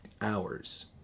hours